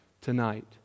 tonight